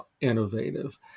innovative